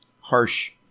harsh